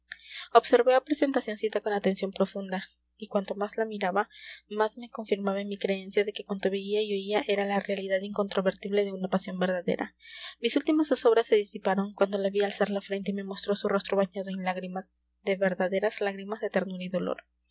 observé a presentacioncita con atención profunda y cuanto más la miraba más me confirmaba en mi creencia de que cuanto veía y oía era la realidad incontrovertible de una pasión verdadera mis últimas zozobras se disiparon cuando la vi alzar la frente y me mostró su rostro bañado en lágrimas de verdaderas lágrimas de ternura y dolor